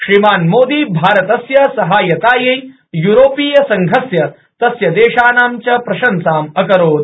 श्रीमान् मोदी भारतस्य सहातायै यूरोपीयसङ्घस्य तस्य देशानां च प्रशंसाम् अकरोत्